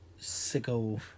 Sicko